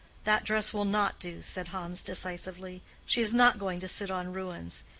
that dress will not do, said hans, decisively. she is not going to sit on ruins.